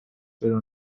pero